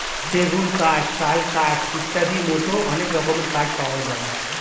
সেগুন কাঠ, শাল কাঠ ইত্যাদির মতো অনেক রকমের কাঠ পাওয়া যায়